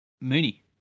Mooney